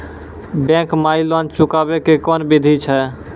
Bank माई loan चुकाबे के कोन बिधि छै?